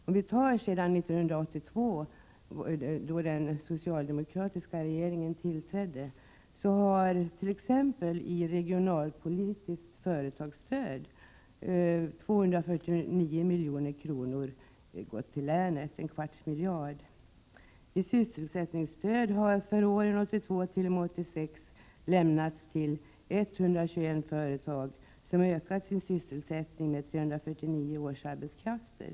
Sedan 1982, då den socialdemokratiska regeringen tillträdde, har t.ex. i regionalpolitiskt företagsstöd utgått 249 milj.kr., dvs. en kvarts miljard, till Gävleborgs län. Sysselsättningsstöd har under åren 1982-1986 lämnats till 121 företag, som ökat sin sysselsättning med 349 årsarbetskrafter.